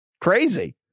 crazy